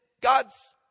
God's